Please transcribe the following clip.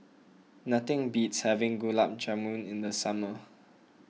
nothing beats having Gulab Jamun in the summer